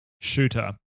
shooter